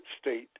state